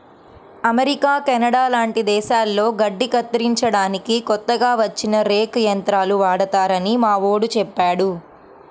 America, Canada లాంటి దేశాల్లో గడ్డి కత్తిరించడానికి కొత్తగా వచ్చిన రేక్ యంత్రాలు వాడతారని మావోడు చెప్పాడు